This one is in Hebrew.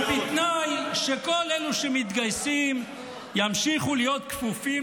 אבל בתנאי שכל אלה שמתגייסים ימשיכו להיות כפופים